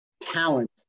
talent